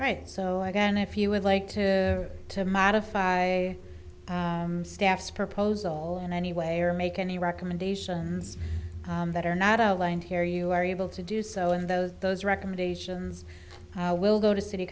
right so i can if you would like to to modify staffs proposal in any way or make any recommendations that are not outlined here you are able to do so and those those recommendations will go to city